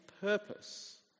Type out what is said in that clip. purpose